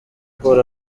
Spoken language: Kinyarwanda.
paul